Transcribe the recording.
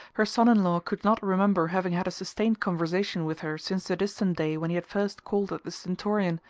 her son-in-law could not remember having had a sustained conversation with her since the distant day when he had first called at the stentorian,